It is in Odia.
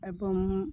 ଏବଂ